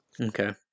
okay